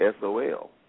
SOL